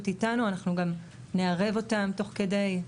איתנו אנחנו גם נערב אותם תוך כדי.